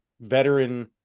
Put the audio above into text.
veteran